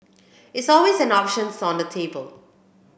it's always an options on the table